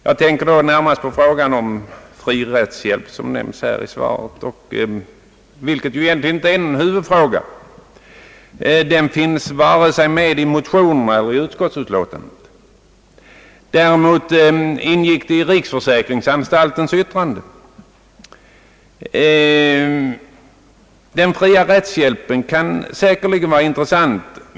Jag tänker då närmast på frågan om fri rättshjälp, som nämns här i svaret, men den frågan är ju egentligen inte någon huvudfråga. Den finns vare sig med i motionerna eller i utskottets utlåtande. Däremot ingick den i riksförsäkringsanstaltens yttrande. Den fria rättshjälpen kan säkerligen vara intressant.